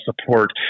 support